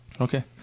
Okay